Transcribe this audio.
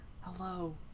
hello